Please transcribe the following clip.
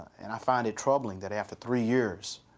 and i find it troubling that after three years,